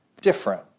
different